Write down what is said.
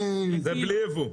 זה בלי יבוא.